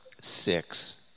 six